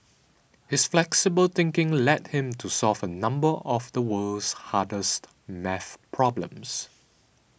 his flexible thinking led him to solve a number of the world's hardest math problems